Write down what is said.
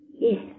Yes